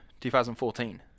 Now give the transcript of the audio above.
2014